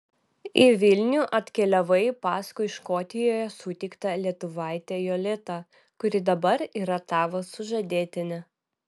į vilnių atkeliavai paskui škotijoje sutiktą lietuvaitę jolitą kuri dabar yra tavo sužadėtinė